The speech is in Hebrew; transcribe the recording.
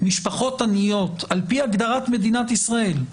משפחות עניות, על פי הגדרת מדינת ישראל,